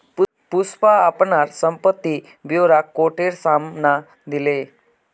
पुष्पा अपनार संपत्ति ब्योरा कोटेर साम न दिले